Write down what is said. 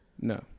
No